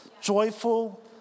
joyful